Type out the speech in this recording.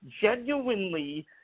genuinely